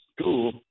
school